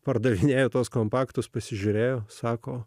pardavinėja tuos kompaktus pasižiūrėjo sako